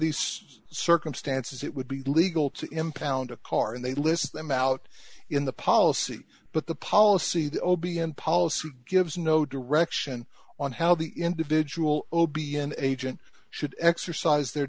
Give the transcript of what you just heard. these circumstances it would be legal to impound a car and they list them out in the policy but the policy the obion policy gives no direction on how the individual o b an agent should exercise their